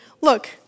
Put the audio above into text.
look